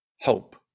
hope